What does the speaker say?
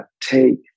take